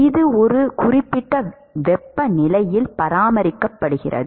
இது ஒரு குறிப்பிட்ட வெப்பநிலையில் பராமரிக்கப்படுகிறது